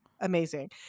amazing